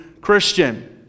Christian